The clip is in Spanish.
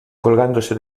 colgándose